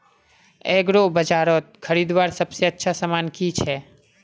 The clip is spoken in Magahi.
एग्रीबाजारोत खरीदवार सबसे अच्छा सामान की छे?